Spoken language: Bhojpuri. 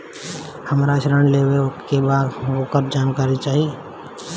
हमरा ऋण लेवे के बा वोकर जानकारी चाही